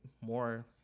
more